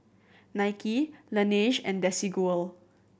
Nike Laneige and Desigual